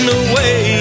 away